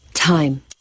Time